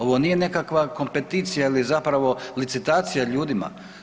Ovo nije nekakva kompeticija ili zapravo licitacija ljudima.